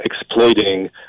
exploiting